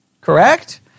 Correct